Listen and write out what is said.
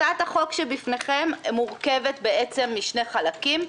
הצעת החוק שלפניכם מורכבת משני חלקים.